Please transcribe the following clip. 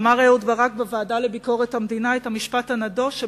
אמר אהוד ברק בוועדה לביקורת המדינה את המשפט הנדוש,